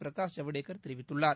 பிரகாஷ் ஜவ்டேகர் தெரிவித்துள்ளார்